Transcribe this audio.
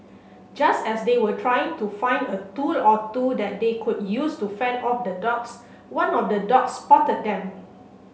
just as they were trying to find a tool or two that they could use to fend off the dogs one of the dogs spotted them